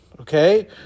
okay